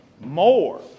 more